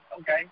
Okay